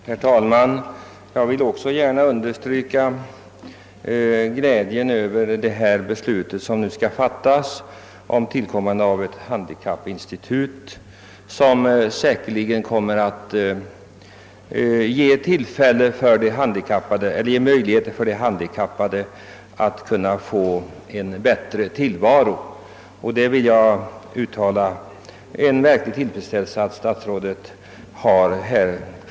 Herr talman! Också jag vill gärna understryka min glädje över det beslut som nu skall fattas om inrättandet av ett handikappinstitut, som säkerligen kommer att ge möjlighet för de handikappade att få en bättre tillvaro. Jag vill därvidlag verkligen uttala min tillfredsställelse över förslaget om inrättande av handikappinstitutet som statsrådet framfört.